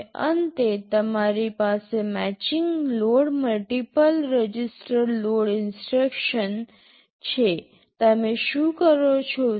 હવે અંતે તમારી પાસે matching load multiple register load instruction છે તમે શું કરો છો